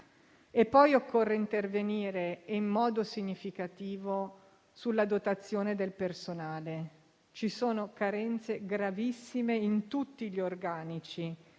Poi occorre intervenire in modo significativo sulla dotazione del personale. Ci sono carenze gravissime in tutti gli organici